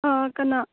ꯑꯥ ꯀꯅꯥ